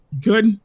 Good